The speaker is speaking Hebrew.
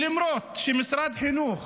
למרות שמשרד החינוך